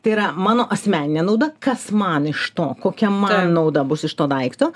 tai yra mano asmeninė nauda kas man iš to kokia man nauda bus iš to daikto